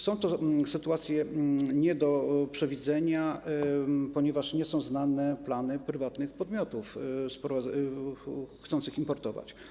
Są to sytuacje nie do przewidzenia, ponieważ nie są znane plany prywatnych podmiotów chcących importować.